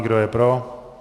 Kdo je pro?